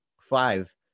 five